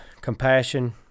Compassion